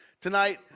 tonight